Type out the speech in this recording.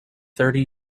thirty